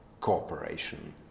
cooperation